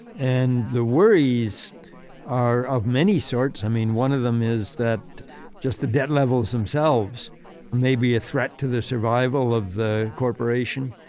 and the worries are of many sorts. i mean, one of them is that just the debt levels themselves may be a threat to the survival of the corporation.